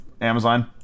Amazon